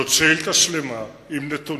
זאת שאילתא שלמה, עם נתונים,